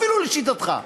אפילו לשיטתך.